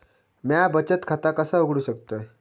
म्या बचत खाता कसा उघडू शकतय?